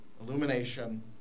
Illumination